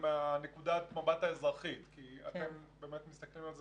מנקודת המבט האזרחית כי אתם באמת מסתכלים על זה